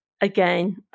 Again